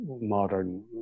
modern